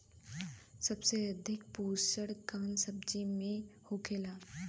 सबसे अधिक पोषण कवन सब्जी में होखेला?